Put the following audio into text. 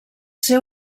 ser